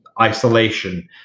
isolation